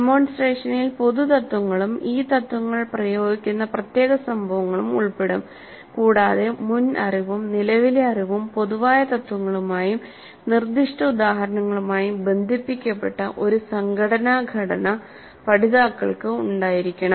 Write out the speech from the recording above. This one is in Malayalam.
ഡെമോൺസ്ട്രേഷനിൽ പൊതുതത്ത്വങ്ങളും ഈ തത്ത്വങ്ങൾ പ്രയോഗിക്കുന്ന പ്രത്യേക സംഭവങ്ങളും ഉൾപ്പെടും കൂടാതെ മുൻ അറിവും നിലവിലെ അറിവും പൊതുവായ തത്വങ്ങളുമായും നിർദ്ദിഷ്ട ഉദാഹരണങ്ങളുമായും ബന്ധിപ്പിക്കപ്പെട്ട ഒരു സംഘടനാ ഘടന പഠിതാക്കൾക്ക് ഉണ്ടായിരിക്കണം